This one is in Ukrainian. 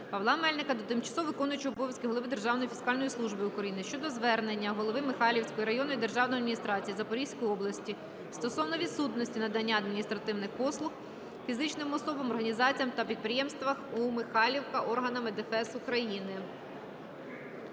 Павла Мельника до тимчасово виконуючого обов'язки голови Державної фіскальної служби України щодо звернення голови Михайлівської районної державної адміністрації Запорізької області стосовно відсутності надання адміністративних послуг фізичним особам, організаціям та підприємствам у Михайлівка органами ДФС України.